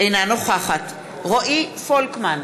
אינה נוכחת רועי פולקמן,